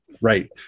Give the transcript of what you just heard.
Right